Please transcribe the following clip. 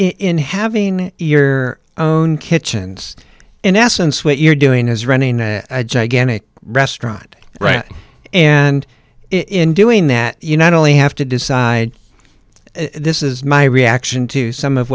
in having your own kitchens in essence what you're doing is running a gigantic restaurant right and in doing that unite only have to decide this is my reaction to some of